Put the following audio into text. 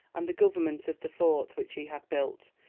and the government of the fort which he had built,